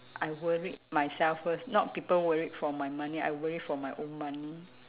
I worried myself first not people worried for my money I worried for my own money